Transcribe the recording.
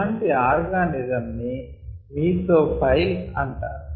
ఇలాంటి ఆర్గానిజం ని మీసోఫైల్ అంటారు